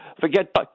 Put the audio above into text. forget